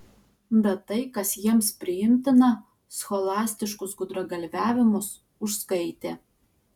bet tai kas jiems priimtina scholastiškus gudragalviavimus užskaitė